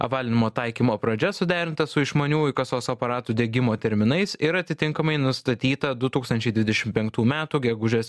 apvalinimo taikymo pradžia suderinta su išmaniųjų kasos aparatų diegimo terminais ir atitinkamai nustatyta du tūkstančiai dvidešim penktų metų gegužės